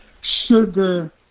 sugar